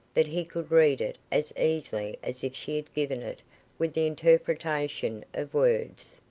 that he could read it as easily as if she had given it with the interpretation of words.